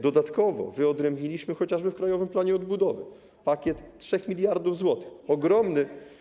Dodatkowo wyodrębniliśmy, chociażby w Krajowym Planie Odbudowy, pakiet 3 mld zł, ogromny.